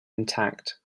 intact